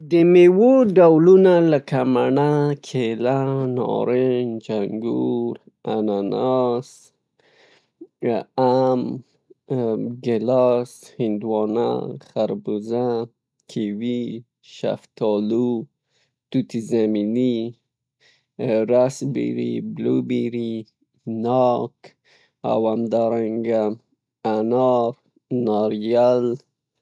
د میوو ډولونه لکه مڼه، کیله، نارنج، انګور، انناس، ام، ګیلاس، هندوانه، خربوزه، کیوي، شفتالو، توت زمیني، راس بیري، بلو بیري، ناک او همدارنګه انارو ناریل.